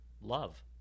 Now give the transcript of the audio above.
love